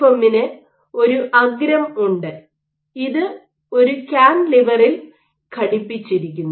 എമ്മിന് ഒരു അഗ്രം ഉണ്ട് ഇത് ഒരു കാന്റിലിവറിൽ ഘടിപ്പിച്ചിരിക്കുന്നു